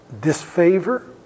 disfavor